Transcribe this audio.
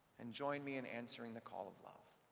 and join me in answering the call of love.